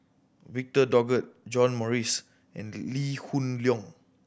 Victor Doggett John Morrice and Lee Hoon Leong